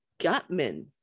Gutman